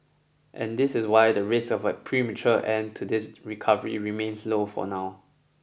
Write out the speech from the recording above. and this is why the risk of a premature end to this recovery remains low for now